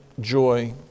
joy